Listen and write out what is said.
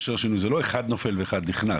זה לא אחד נופל ואחד נכנס.